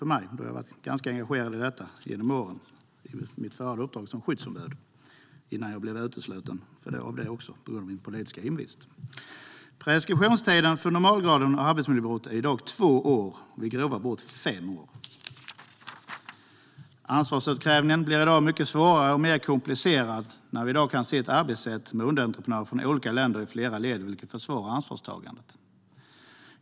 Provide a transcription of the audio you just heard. Jag har genom åren varit ganska engagerad i detta i mitt föregående uppdrag som skyddsombud, innan jag blev utesluten från det också på grund av min politiska hemvist. Preskriptionstiden för normalgraden av arbetsmiljöbrott är i dag två år och vid grova brott fem år. Ansvarsutkrävningen blir i dag mycket svårare och mer komplicerad när vi kan se ett arbetssätt med underentreprenörer från olika länder i flera led, vilket försvårar ansvarstagandet.